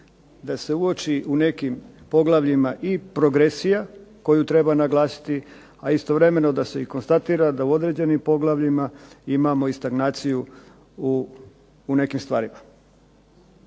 da se uoči u nekim poglavljima i progresija koju treba naglasiti, a istovremeno da se i konstatira da u određenim poglavljima imamo i stagnaciju u nekim stvarima